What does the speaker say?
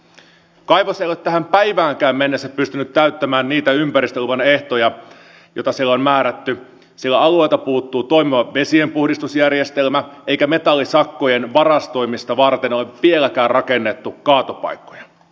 kaivos ei ole tähän päiväänkään mennessä pystynyt täyttämään niitä ympäristöluvan ehtoja joita sille on määrätty sillä alueelta puuttuu toimiva vesienpuhdistusjärjestelmä eikä metallisakkojen varastoimista varten ole vieläkään rakennettu kaatopaikkoja